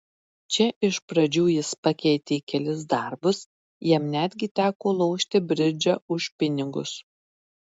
čia iš pradžių jis pakeitė kelis darbus jam netgi teko lošti bridžą už pinigus